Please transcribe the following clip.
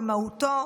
במהותו,